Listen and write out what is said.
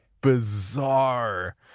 bizarre